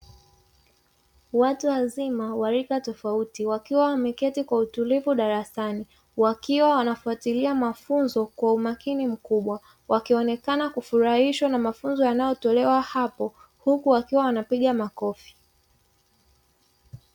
Watu wazima wa rika tofauti, wakiwa wameketi kwa utulivu darasani, wakiwa wanafuatilia mafunzo kwa umakini mkubwa, wakionekana kufurahishwa na mafunzo yanayotolewa hapo, huku wakiwa wanapiga makofi.